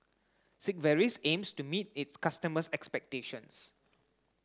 Sigvaris aims to meet its customers' expectations